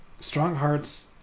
Stronghearts